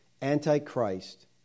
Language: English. anti-Christ